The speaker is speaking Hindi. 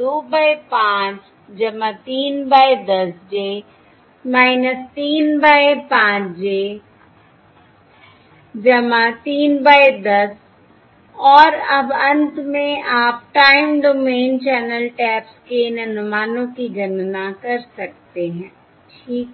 2 by 5 3 by 10 j 3 by 5 j 3 by 10 और अब अंत में आप टाइम डोमेन चैनल टैप्स के इन अनुमानों की गणना कर सकते हैं ठीक है